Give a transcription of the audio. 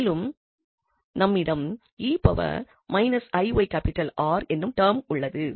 மேலும் நம்மிடம் |𝑒−𝑖𝑦𝑅| என்னும் டெர்ம் உள்ளது